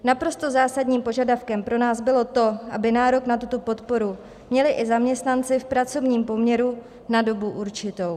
Naprosto zásadním požadavkem pro nás bylo to, aby nárok na tuto podporu měli i zaměstnanci v pracovním poměru na dobu určitou.